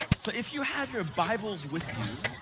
so if you have your bibles with you,